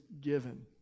given